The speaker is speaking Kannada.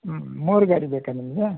ಹ್ಞೂ ಮೂರು ಗಾಡಿ ಬೇಕಾ ನಿಮಗೆ